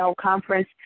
Conference